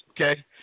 okay